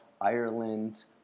Ireland